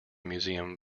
museum